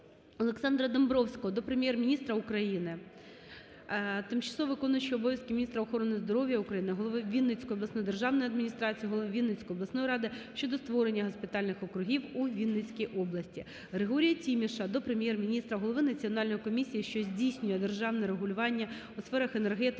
Олександра Домбровського до Прем'єр-міністра України, тимчасово виконуючої обов'язки міністра охорони здоров'я України, голови Вінницької обласної державної адміністрації, голови Вінницької обласної ради щодо створення госпітальних округів у Вінницькій області. Григорія Тіміша до Прем'єр-міністра, голови Національної комісії, що здійснює державне регулювання у сферах енергетики